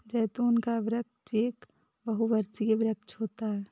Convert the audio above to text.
जैतून का वृक्ष एक बहुवर्षीय वृक्ष होता है